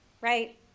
right